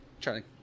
Charlie